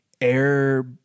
air